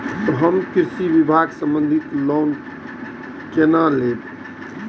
हम कृषि विभाग संबंधी लोन केना लैब?